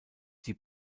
die